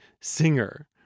singer